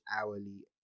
hourly